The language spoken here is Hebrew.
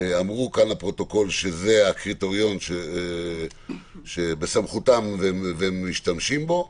אמרו כאן לפרוטוקול שזה הקריטריון שבסמכותם והם משתמשים בו,